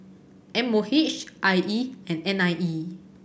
M O H I E and N I E